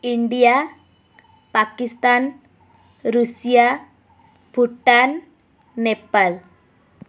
India Pakistan Russia Bhutan Nepal